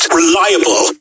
reliable